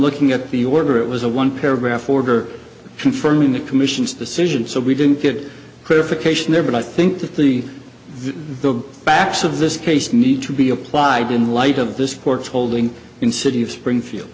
looking at the order it was a one paragraph order confirming the commission's decision so we didn't get clarification there but i think that the the facts of this case need to be applied in light of this court's holding in city of springfield